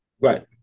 Right